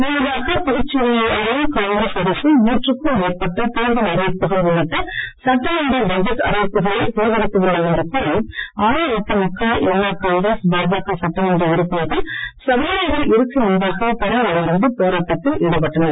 முன்னதாக புதுச்சேரியை ஆளும் காங்கிரஸ் அரசு நூற்றுக்கும் மேற்பட்ட தேர்தல் அறிவிப்புகள் உள்ளிட்ட சட்டமன்ற பட்ஜெட் அறிவிப்புகளை செயல்படுத்தவில்லை என்று கூறி அஇஅதிமுக என் ஆர் காங்கிரஸ் பாஜக சட்டமன்ற உறுப்பினர்கள் சபாநாயகர் இருக்கை முன்பாக தரையில் அமர்ந்து போராட்டத்தில் ஈடுபட்டனர்